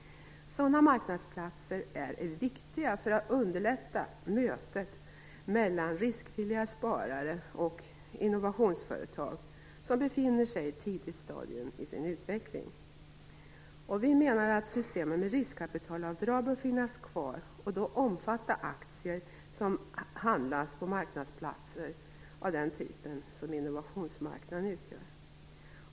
Sådana marknadsplatser är viktiga för att underlätta mötet mellan riskvilliga sparare och innovationsföretag vilka befinner sig i ett tidigt stadium i sin utveckling. Vi menar att systemet med riskkapitalavdrag bör finnas kvar och då även omfatta aktier som handlas på marknadsplatser av den typ som Innovationsmarknaden utgör.